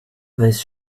this